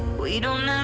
we don't